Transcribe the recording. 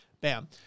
bam